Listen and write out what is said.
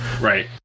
Right